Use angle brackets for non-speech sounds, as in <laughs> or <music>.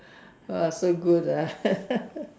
!wah! so good ah <laughs>